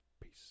Peace